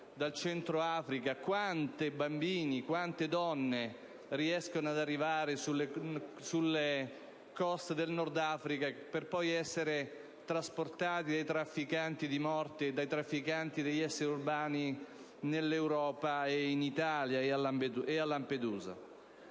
dal Centro dell'Africa; quanti bambini e quante donne riescano ad arrivare sulle coste del Nord Africa per poi essere trasportati dai trafficanti di morte e dai trafficanti di esseri umani in Europa, in Italia e, in